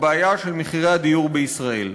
הבעיה של מחירי הדיור בישראל.